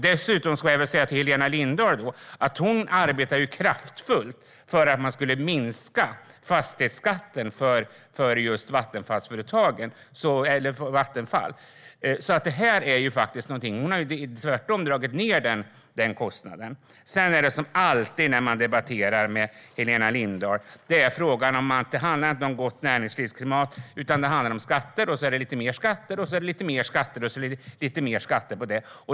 Dessutom ska jag säga till Helena Lindahl att hon arbetade kraftfullt för att man skulle minska fastighetsskatten för just Vattenfall. Hon har tvärtom dragit ned den kostnaden. Som alltid när man debatterar med Helena Lindahl handlar det inte om gott näringslivsklimat utan om skatter, och så är det lite mer skatter, lite mer skatter, och lite mer skatter på det.